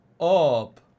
up